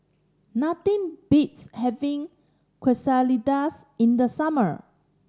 nothing beats having Quesadillas in the summer